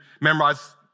memorize